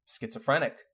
schizophrenic